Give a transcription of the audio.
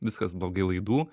viskas blogai laidų